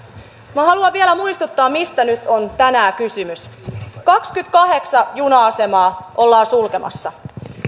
minä haluan vielä muistuttaa mistä nyt on tänään kysymys kaksikymmentäkahdeksan juna asemaa ollaan sulkemassa